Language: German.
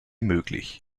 möglich